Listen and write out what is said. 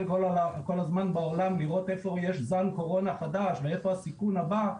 כל הזמן בעולם לראות איפה יש זן קורונה חדש ואיפה הסיכון הבא,